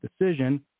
decision